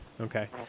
Okay